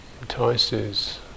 entices